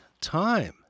time